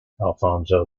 alfonso